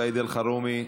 סעיד אלחרומי,